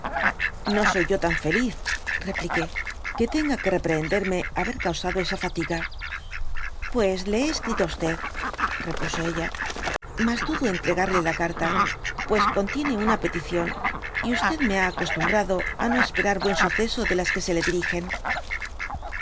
no soy yo tan feliz repliqué que d tenga que reprehenderme haber causado esa fatiga x a pues le hé escrito á repuso ella mas dudo entregarle la carta pues contiene una petición y me ha acostumbrado á no esperar buen suceso de las que se le dirigen